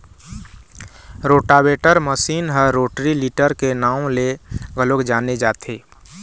rotavator machine ह rotary tiller के नांव ले घलोक जाने जाथे